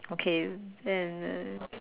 okay then uh